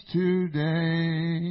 today